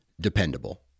dependable